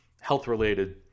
health-related